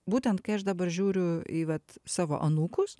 būtent kai aš dabar žiūriu į vat savo anūkus